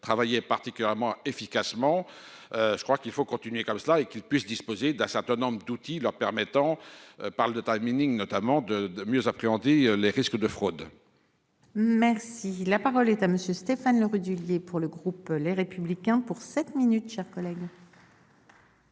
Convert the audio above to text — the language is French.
travaillait particulièrement efficacement. Je crois qu'il faut continuer comme cela et qu'ils puissent disposer d'un certain nombre d'outils leur permettant. Parle de timing notamment de, de mieux appréhender les risques de fraude.-- Merci la parole est à monsieur Stéphane Le Rudulier. Pour le groupe Les Républicains pour sept minutes, chers collègues.